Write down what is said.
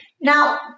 Now